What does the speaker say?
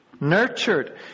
nurtured